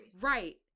Right